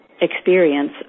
experience